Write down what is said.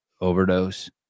overdose